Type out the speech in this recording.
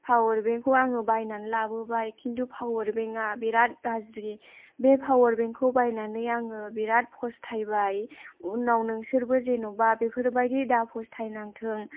power बेंकखौ आङो बायनानै लाबोबाय किन्तु पावार बेंकआ बिराद गाज्रि बे पावार बेंकखौ बायनानै आङो बिराद फस्थायबाय उनाव नोंसोरबो जेन'बा बेफोरबायदि दा फस्थायनांथों